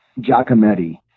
Giacometti